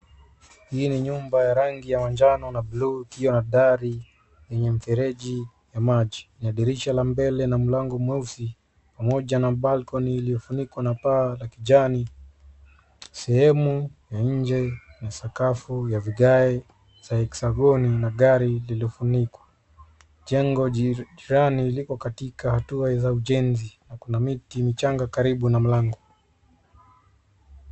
Hii ni nyumba ya rangi ya manjano na buluu ikiwa na dari yenye mfereji na maji na dirisha la mbele na mlango mweusi pamoja na balcony iliyofunikwa na paa la kijani. Sehemu ya nje ina sakafu ya vigae za hexagoni na gari lililofunikwa. Jengo ja trioni liko katika hatua za ujenzi na kuna miti michanga karibu na mlango.